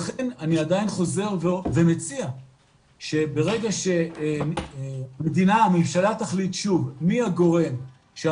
אז אני עונה בצורה מאוד ברורה ואני מכבד את חברת הכנסת ואת נבחרי